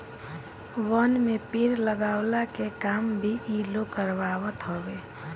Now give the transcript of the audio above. वन में पेड़ लगवला के काम भी इ लोग करवावत हवे